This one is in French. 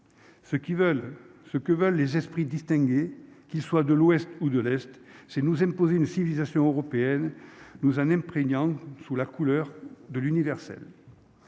ce que veulent les esprits distingué qui soit de l'Ouest ou de l'Est, c'est nous imposer une civilisation européenne nous en imprégnant sous la couleur de l'universel,